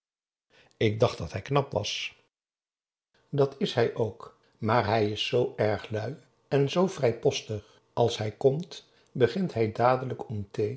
ik dacht dat hij knap was p a daum hoe hij raad van indië werd onder ps maurits dat is hij ook maar hij is zoo erg lui en zoo vrijpostig als hij komt begint hij dadelijk om